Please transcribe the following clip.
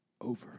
over